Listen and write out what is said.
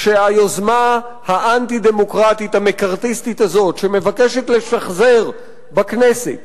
שהיוזמה האנטי-דמוקרטית המקארתיסטית הזאת שמבקשת לשחזר בכנסת